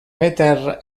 peter